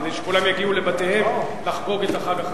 כדי שכולם יגיעו לבתיהם לחגוג את החג החשוב.